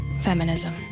Feminism